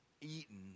eaten